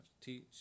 teach